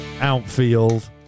outfield